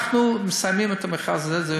אנחנו מסיימים את המכרז הזה.